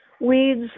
Weeds